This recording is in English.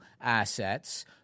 assets